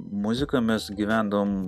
muzika mes gyvendavom